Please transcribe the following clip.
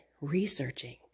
researching